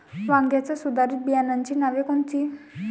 वांग्याच्या सुधारित बियाणांची नावे कोनची?